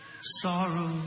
sorrow